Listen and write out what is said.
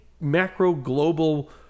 macro-global